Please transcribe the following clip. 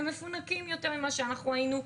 אולי החיילים מפונקים יותר ממה שאנחנו היינו,